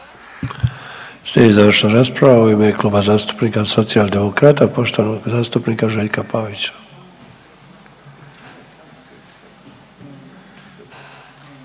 je završila rasprava. U ime Kluba zastupnika Socijaldemokrata poštovanog zastupnika Željka Pavića.